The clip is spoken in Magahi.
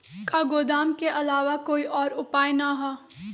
का गोदाम के आलावा कोई और उपाय न ह?